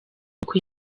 uku